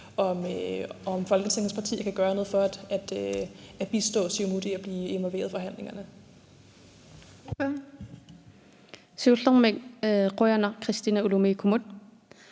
her lovforslag, kan gøre noget for at bistå Siumut i at blive involveret i forhandlingerne.